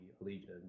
allegiance